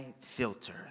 filter